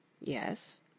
Yes